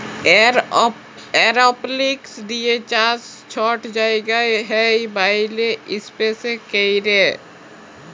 এরওপলিক্স দিঁয়ে চাষ ছট জায়গায় হ্যয় ব্যইলে ইস্পেসে ক্যরে